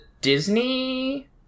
Disney